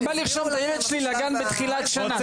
אני בא לרשום את הילד שלי לגן בתחילת שנה,